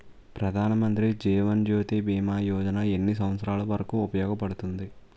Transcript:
ప్రధాన్ మంత్రి జీవన్ జ్యోతి భీమా యోజన ఎన్ని సంవత్సారాలు వరకు ఉపయోగపడుతుంది?